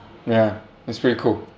ya it's pretty cool